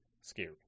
scary